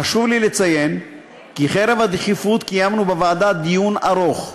חשוב לי לציין כי חרף הדחיפות קיימנו בוועדה דיון ארוך,